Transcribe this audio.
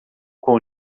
com